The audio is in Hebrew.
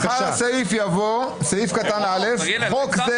לאחר הסעיף יבוא סעיף קטן (א) "חוק זה